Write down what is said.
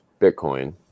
Bitcoin